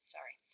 Sorry